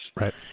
right